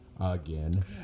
again